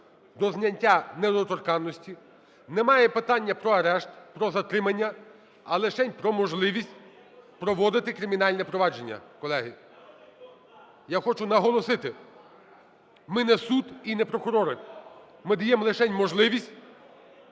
до зняття недоторканності. Немає питання про арешт, про затримання, а лишень про можливість проводити кримінальне провадження, колеги. Я хочу наголосити, ми не суд і не прокурори, ми даємо лишень можливість